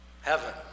Heaven